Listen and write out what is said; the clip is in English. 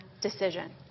decision